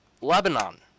Lebanon